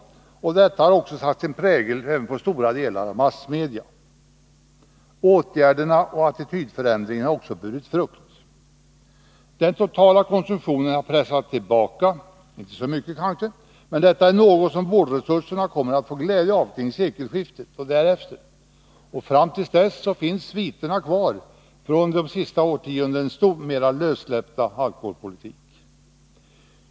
Detta har också satt sin prägel på stora delar av massmedia. Åtgärderna och attitydförändringen har också burit frukt. Den totala Nr 140 konsumtionen har pressats tillbaka — inte så mycket kanske, men detta är Torsdagen den något som vårdresurserna kommer att få glädje av kring sekelskiftet och 5 maj 1983 därefter. Fram till dess finns sviterna kvar från de senaste årtiondenas mera lössläppta alkoholpolitik.